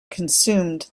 consumed